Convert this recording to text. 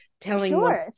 telling